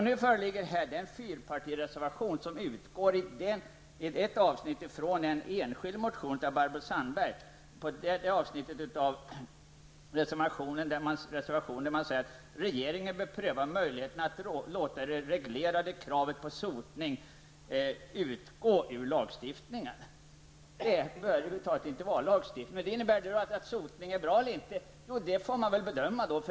Nu föreligger alltså en fyrpartireservation, som i ett avsnitt utgår från en enskild motion av Barbro Sandberg och som gäller sotning. Man skriver i reservationen ''att regeringen bör pröva möjligheten att låta det reglerade kravet på sotning -- utgå ur räddningstjänstlagen --.'' Det innebär inte att man vet om sotning är bra eller inte. Men det får man bedöma.